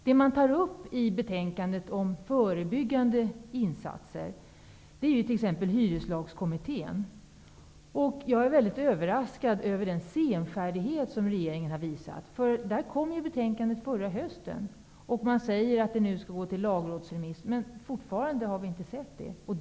Det man tar upp i betänkandet i fråga om förebyggande insatser är t.ex. hyreslagskommittén. Jag är väldigt överraskad över den senfärdighet som regeringen har visat. Kommitténs betänkande kom ju förra hösten. Man säger att det nu skall gå till lagrådsremiss. Men fortfarande har vi inte sett det.